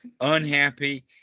unhappy